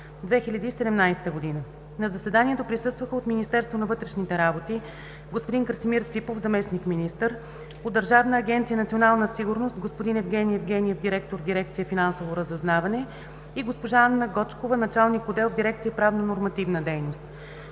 2017 г. На заседанието присъстваха: от Министерството на вътрешните работи – господин Красимир Ципов – заместник- министър; от Държавна агенция „Национална сигурност“ – господин Евгени Евгениев – директор дирекция „Финансово разузнаване“ и госпожа Анна Гочкова – началник отдел в дирекция „Правно-нормативна дейност“.